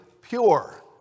pure